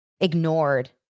ignored